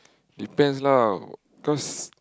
depends lah cause